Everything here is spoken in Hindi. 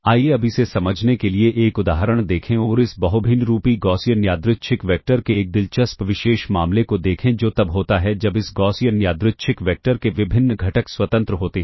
आइए अब इसे समझने के लिए एक उदाहरण देखें और इस बहुभिन्नरूपी गॉसियन यादृच्छिक वेक्टर के एक दिलचस्प विशेष मामले को देखें जो तब होता है जब इस गॉसियन यादृच्छिक वेक्टर के विभिन्न घटक स्वतंत्र होते हैं